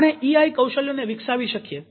આપણે ઈઆઈ કૌશલ્યોને વિકસાવી શકીએ